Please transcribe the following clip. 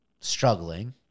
struggling